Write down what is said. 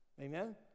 amen